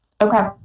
Okay